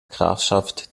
grafschaft